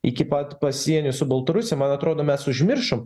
iki pat pasienio su baltarusija man atrodo mes užmiršom